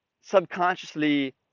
subconsciously